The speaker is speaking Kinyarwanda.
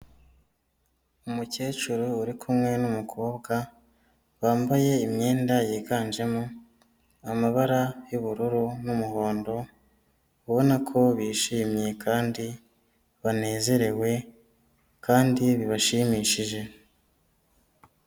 Umukecuru uri kumwe n'umukobwa bambaye imyenda yiganjemo amabara y'ubururu n'umuhondo ubona ko bishimye kandi banezerewe kandi bibashimishije.